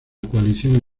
coalición